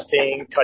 cutting